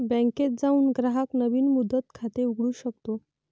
बँकेत जाऊन ग्राहक नवीन मुदत खाते उघडू शकतो